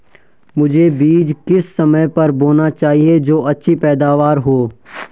मुझे बीज किस समय पर बोना चाहिए जो अच्छी पैदावार हो?